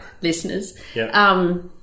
listeners